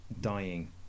dying